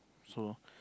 so